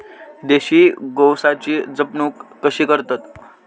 देशी गोवंशाची जपणूक कशी करतत?